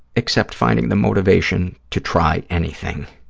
except finding the motivation to try anything.